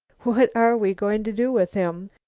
what are we going to do with him?